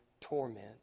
torment